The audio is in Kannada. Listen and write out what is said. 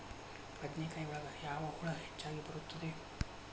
ಬದನೆಕಾಯಿ ಒಳಗೆ ಯಾವ ಹುಳ ಹೆಚ್ಚಾಗಿ ಬರುತ್ತದೆ?